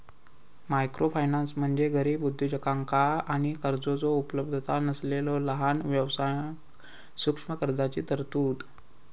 microfinance म्हणजे गरीब उद्योजकांका आणि कर्जाचो उपलब्धता नसलेला लहान व्यवसायांक सूक्ष्म कर्जाची तरतूद